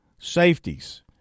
Safeties